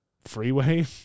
freeway